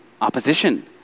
opposition